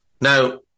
Now